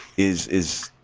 is is